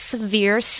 severe